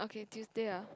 okay Tuesday ah